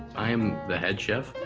i'm the head chef.